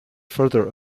further